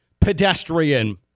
Pedestrian